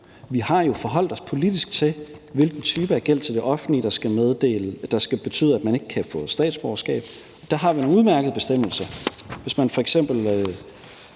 Vi har jo forholdt os politisk til, hvilken type af gæld til det offentlige, der skal betyde, at man ikke kan få statsborgerskab. Der har man udmærkede bestemmelser. Hvis man f.eks.